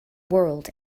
world